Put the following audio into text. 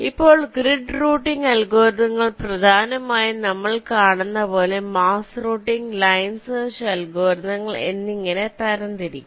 ഇപ്പോൾ grid routing അൽഗോരിതങ്ങൾ പ്രധാനമായും നമ്മൾ കാണുന്നതുപോലെ മാസ് റൂട്ടിംഗ് ലൈൻ സെർച്ച് അൽഗോരിതങ്ങൾ എന്നിങ്ങനെ തരം തിരിക്കാം